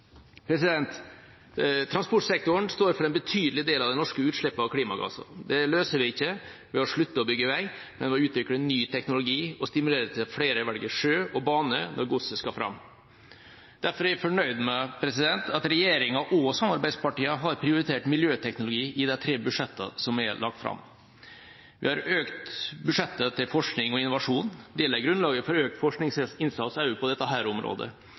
Transportsektoren står for en betydelig del av de norske utslippene av klimagasser. Det løser vi ikke ved å slutte å bygge vei, men ved å utvikle ny teknologi og stimulere til at flere velger sjø og bane når godset skal fram. Derfor er jeg fornøyd med at regjeringa og samarbeidspartiene har prioritert miljøteknologi i de tre budsjettene som er lagt fram: Vi har økt budsjettene til forskning og innovasjon. Det legger grunnlaget for økt forskningsinnsats også på dette området.